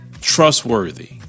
Trustworthy